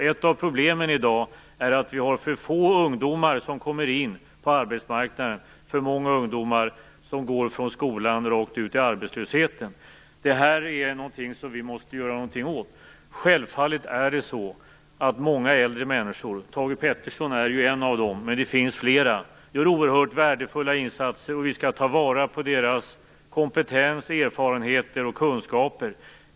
Ett av problemen i dag är att det är för få ungdomar som kommer in på arbetsmarknaden och för många ungdomar som går från skolan rakt ut i arbetslösheten. Detta är någonting som vi måste göra någonting åt. Självfallet är det så att många äldre människor - Thage G Peterson är ju en av dem, men det finns flera - gör oerhört värdefulla insatser. Vi skall ta vara på deras kompetens, erfarenheter och kunskaper.